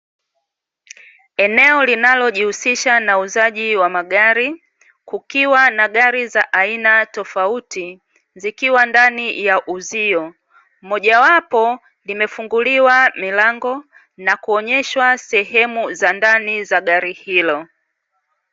Eneo linalojihusisha na uuzaji wa magari, kukiwa na gari za aina tofauti, zikiwa ndani ya uzio, moja wapo limefunguliwa milango na kuonyeshwa sehemu za ndani za gari hilo.